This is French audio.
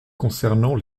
concernant